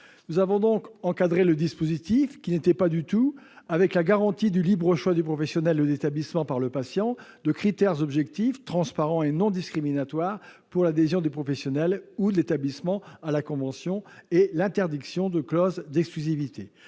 Nous avons donc encadré le dispositif, qui ne l'était pas du tout, en garantissant le libre choix du professionnel ou de l'établissement par le patient, des critères objectifs, transparents et non discriminatoires pour l'adhésion du professionnel ou de l'établissement à la convention, et l'interdiction de toute clause d'exclusivité.